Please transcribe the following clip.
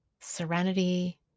serenity